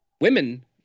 women